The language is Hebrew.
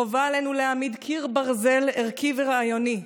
חובה עלינו להעמיד קיר ברזל ערכי ורעיוני,